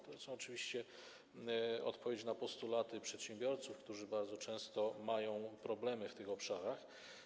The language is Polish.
To jest oczywiście odpowiedź na postulaty przedsiębiorców, którzy bardzo często mają problemy w tych obszarach.